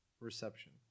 reception